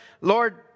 Lord